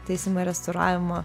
taisymo ir restauravimo